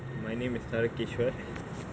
my name is tari krishwas